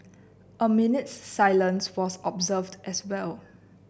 a minute's silence was observed as well